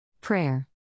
Prayer